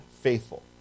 Faithful